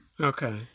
Okay